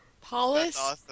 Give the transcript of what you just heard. Paulus